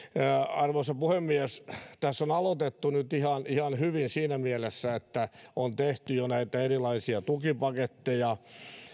arvoisa puhemies tässä on aloitettu nyt ihan ihan hyvin siinä mielessä että on tehty jo näitä erilaisia tukipaketteja